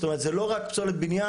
זאת אומרת זה לא רק פסולת בניין,